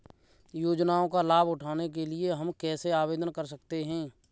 योजनाओं का लाभ उठाने के लिए हम कैसे आवेदन कर सकते हैं?